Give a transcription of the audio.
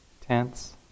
Tense